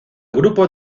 grupo